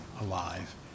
alive